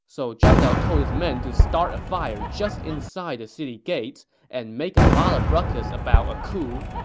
so zhang liao told his men to start a fire just inside the city gates and make a lot of ruckus about a coup.